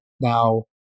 Now